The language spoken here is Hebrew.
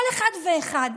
כל אחד ואחד,